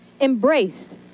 embraced